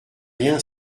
rien